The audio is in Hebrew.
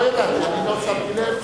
לא ידעתי, לא שמתי לב.